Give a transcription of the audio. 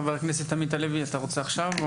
חבר הכנסת עמית הלוי, בבקשה.